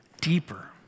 deeper